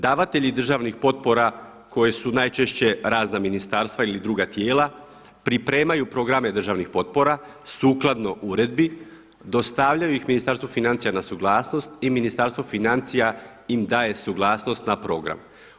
Davatelji državnih potpora koje su najčešće razna ministarstva ili druga tijela, pripremaju programe državnih potpora sukladno uredbi, dostavljaju ih Ministarstvu financija na suglasnost i Ministarstvo financija im daje suglasnost na program.